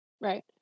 right